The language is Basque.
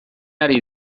ari